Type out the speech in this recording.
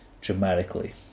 dramatically